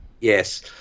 yes